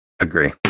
Agree